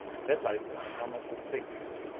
headlights on helmeted figures!